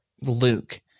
luke